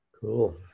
Cool